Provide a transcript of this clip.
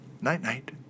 Night-night